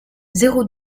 zéro